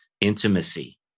intimacy